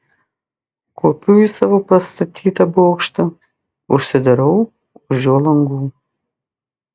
kopiu į savo pastatytą bokštą užsidarau už jo langų